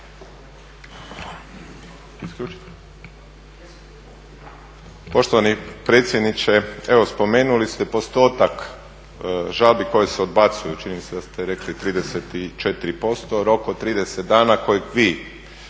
Poštovani predsjedniče, evo spomenuli ste postotak žalbi koje se odbacuju. Čini mi se da ste rekli 34%. Rok od 30 dana kojeg vi